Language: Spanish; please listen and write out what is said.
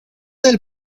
del